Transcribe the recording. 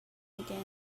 again